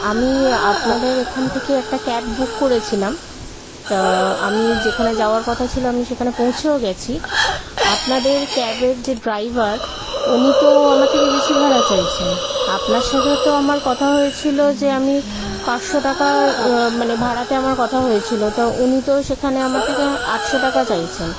আমি আপনাদের এখান থেকে একটা ক্যাব বুক করেছিলাম তা আমি যেখানে যাওয়ার কথা ছিল আমি সেখানে পৌঁছেও গিয়েছি আপনাদের ক্যাবের যে ড্রাইভার উনি তো আমার থেকে বেশি ভাড়া চাইছেন আপনার সাথে তো আমার কথা হয়েছিল যে আমি পাঁচশো টাকা মানে ভাড়াতে আমার কথা হয়েছিল তা উনি তো সেখানে আমার থেকে আটশো টাকা চাইছেন